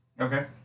Okay